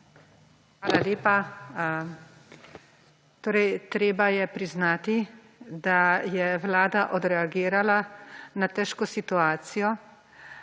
Hvala lepa. Torej treba je priznati, da je vlada odreagirala na težko situacijo,